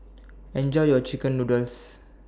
Enjoy your Chicken Noodles